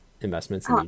investments